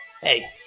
Hey